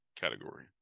category